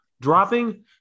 Dropping